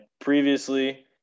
previously